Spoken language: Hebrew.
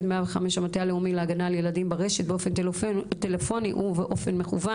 105 המטה הלאומי להגנה על ילדים ברשת באופן טלפוני ובאופן מקוון